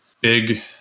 big